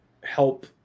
help